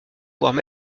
pouvoir